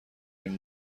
این